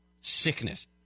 sickness